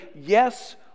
yes